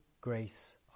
grace